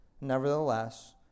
Nevertheless